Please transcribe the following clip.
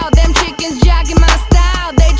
um them chickens jockin' my